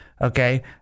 Okay